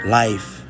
life